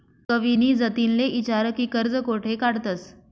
कविनी जतिनले ईचारं की कर्ज कोठे काढतंस